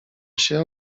się